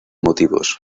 motivos